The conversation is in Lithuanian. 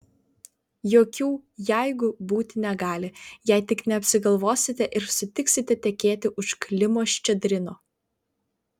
jokių jeigu būti negali jei tik neapsigalvosite ir sutiksite tekėti už klimo ščedrino